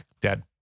Dead